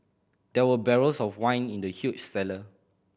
there were barrels of wine in the huge cellar